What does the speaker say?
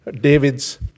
David's